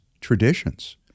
traditions